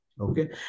okay